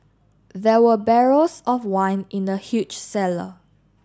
there were barrels of wine in the huge cellar